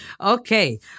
Okay